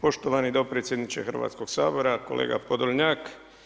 Poštovani dopredsjedniče Hrvatskog sabora, kolega Podolnjak.